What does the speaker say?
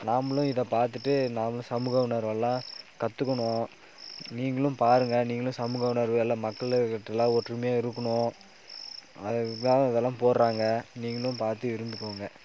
நம்புளும் இதை பார்த்துட்டு நாம் சமூக உணர்வெல்லாம் கற்றுக்கணும் நீங்களும் பாருங்கள் நீங்களும் சமூக உணர்வுகளை மக்களுக்கிட்டே எல்லாம் ஒற்றுமையாக இருக்கணும் அதுக்கு தான் இதெல்லாம் போடுறாங்க நீங்களும் பார்த்து இருந்துக்கோங்க